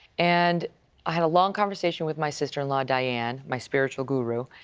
and had a long conversation with my sister-in-law, diane, my spiritual guru.